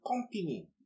company